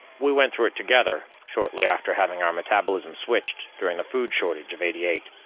we went through it together, shortly after having our metabolism switched during the food shortage of eighty eight.